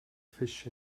fish